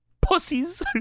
pussies